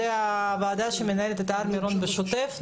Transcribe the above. היא הוועדה שמנהלת את הר מירון בשוטף.